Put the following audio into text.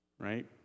right